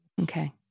Okay